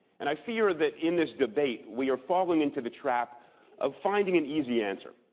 and i fear that in this debate, we are falling into the trap of finding an easy answer,